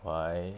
why